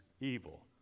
evil